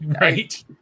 Right